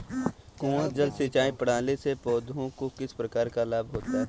कुआँ जल सिंचाई प्रणाली से पौधों को किस प्रकार लाभ होता है?